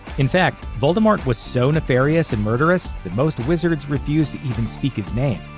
in fact, voldemort was so nefarious and murderous that most wizards refused to even speak his name,